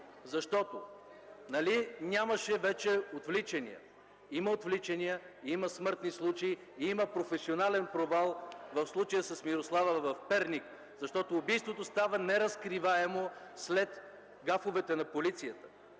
Нали нямаше вече отвличания – има отвличания, има смъртни случаи и има професионален провал в случая с Мирослава от Перник, защото убийството става неразкриваемо след гафовете на полицията.